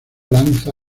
lanza